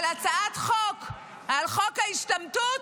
אבל הצעת חוק על חוק ההשתמטות,